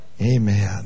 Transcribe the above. Amen